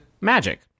magic